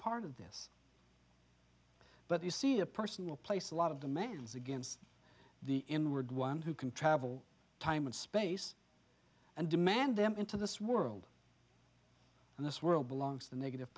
part of this but you see a personal place a lot of demands against the inward one who can travel time and space and demand them into this world and this world belongs to the negative